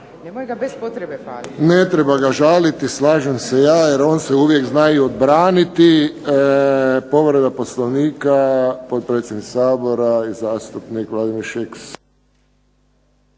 **Šeks, Vladimir (HDZ)** Ne treba ga žaliti, slažem se ja, jer on se uvijek zna i odbraniti. Povreda Poslovnika, potpredsjednik Sabora i zastupnik Vladimir Šeks.